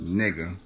nigga